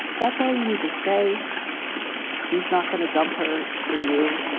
that's all you need to say he's not going to dump her for you.